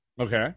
Okay